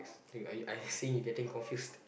you I I see you getting confused